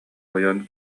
ойон